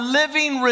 living